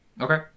Okay